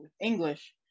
English